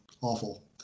awful